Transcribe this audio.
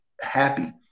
happy